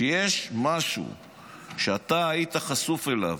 כשיש משהו שהיית חשוף אליו,